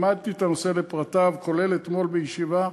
למדתי את הנושא לפרטיו, כולל אתמול בישיבה.